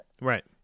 Right